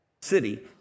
City